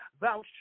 thou